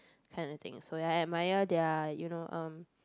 kind of things so I admire their you know um